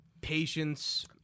patience